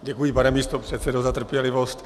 Děkuji, pane místopředsedo, za trpělivost.